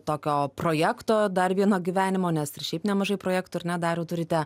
tokio projekto dar vieno gyvenimo nes ir šiaip nemažai projektų ar ne dariau turite